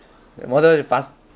முதல் வர்ஷம்:muthal varsham pass